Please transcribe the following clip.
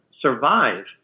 survive